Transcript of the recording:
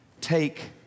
take